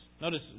Notice